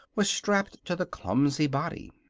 was strapped to the clumsy body.